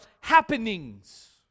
happenings